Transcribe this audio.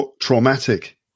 Traumatic